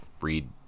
read